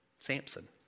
Samson